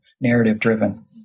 narrative-driven